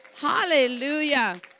Hallelujah